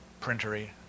printery